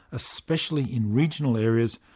especially in regional areas,